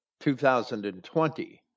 2020